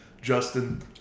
Justin